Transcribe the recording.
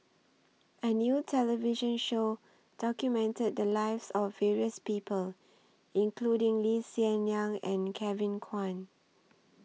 A New television Show documented The Lives of various People including Lee Hsien Yang and Kevin Kwan